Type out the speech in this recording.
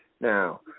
Now